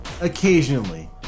occasionally